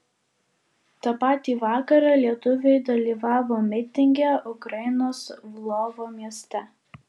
tą patį vakarą lietuviai dalyvavo mitinge ukrainos lvovo mieste